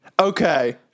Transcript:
Okay